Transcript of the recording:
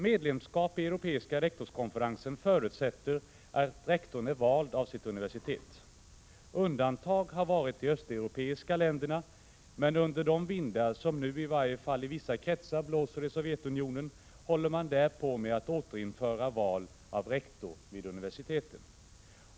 Medlemskap i Europeiska rektorskonferensen förutsätter att rektorn är vald av sitt universitet. Undantag har varit de östeuropeiska länderna, men under de vindar som nu i varje fall i vissa kretsar blåser i Sovjetunionen håller man där på att återinföra val av rektor vid universiteten.